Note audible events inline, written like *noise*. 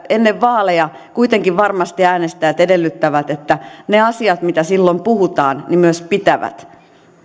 *unintelligible* ennen vaaleja kuitenkin varmasti äänestäjät edellyttävät että ne asiat mitä silloin puhutaan myös pitävät